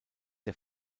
der